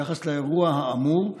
ביחס לאירוע האמור,